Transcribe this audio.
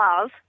love